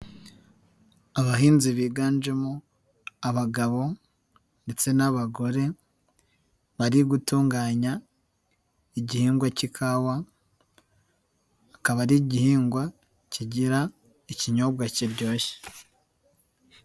Abahinzi biganjemo abagabo ndetse n'abagore bari gutunganya igihingwa cy'ikawa akaba ari igihingwa kigira ikinyobwa kiryoshye.